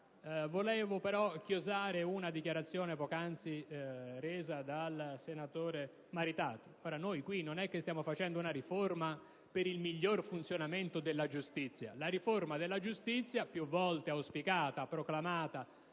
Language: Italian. Vorrei poi chiosare una dichiarazione poc'anzi resa dal senatore Maritati. Non stiamo ora facendo una riforma per il miglior funzionamento della giustizia. La riforma della giustizia, più volte auspicata, proclamata